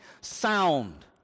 sound